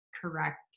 correct